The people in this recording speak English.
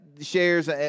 shares